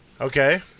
Okay